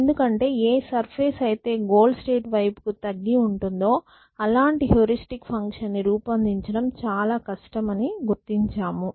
ఎందుకంటే ఏ సర్ఫేస్ అయితే గోల్ స్టేట్ వైపు కి తగ్గి ఉంటుందో అలాంటి హెరిస్టిక్ ఫంక్షన్ ని రూపొందించడం చాలా కష్టమని గుర్తించాము